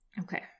Okay